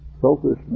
selfishness